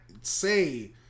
say